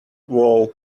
wall